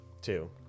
Two